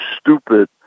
stupid